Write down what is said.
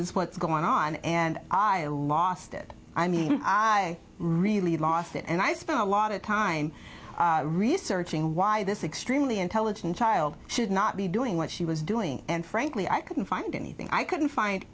is what's going on and i lost it i mean i really lost it and i spent a lot of time researching why this extremely intelligent child should not be doing what she was doing and frankly i couldn't find anything i couldn't find